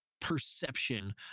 perception